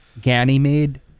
Ganymede